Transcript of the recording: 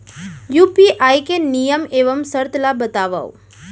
UPI के नियम एवं शर्त ला बतावव